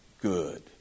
good